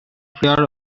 player